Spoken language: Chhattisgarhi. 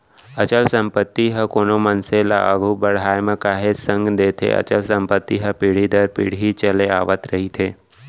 अचल संपत्ति ह कोनो मनसे ल आघू बड़हाय म काहेच संग देथे अचल संपत्ति ह पीढ़ी दर पीढ़ी चले आवत रहिथे